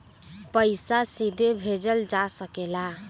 पइसा सीधे भेजल जा सकेला